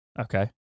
Okay